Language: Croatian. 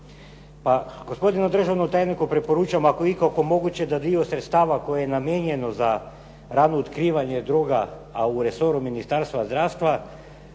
Pa gospodinu državnom tajniku preporučam ako je ikako moguće da dio sredstva koje je namijenjeno za rano otkrivanje droga a u resoru Ministarstva zdravstva